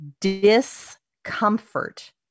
discomfort